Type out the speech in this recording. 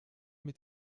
mit